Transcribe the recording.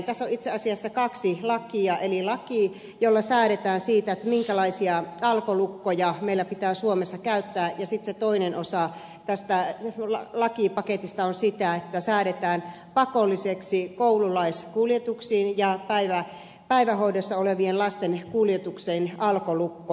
tässä on itse asiassa kaksi lakia laki jolla säädetään siitä minkälaisia alkolukkoja meillä pitää suomessa käyttää ja sitten se toinen osa tästä lakipaketista on se että säädetään pakolliseksi koululaiskuljetuksiin ja päivähoidossa olevien lasten kuljetukseen alkolukko